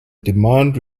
demand